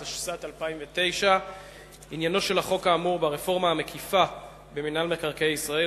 התשס"ט 2009. עניינו של החוק האמור ברפורמה המקיפה במינהל מקרקעי ישראל,